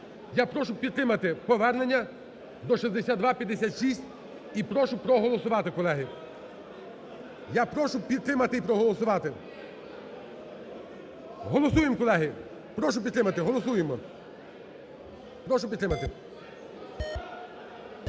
Я прошу підтримати повернення до 6256 і прошу проголосувати, колеги. Я прошу підтримати і проголосувати. Голосуємо, колеги. Прошу підтримати. Голосуємо. Прошу підтримати.